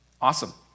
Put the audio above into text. Awesome